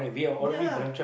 ya